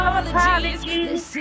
apologies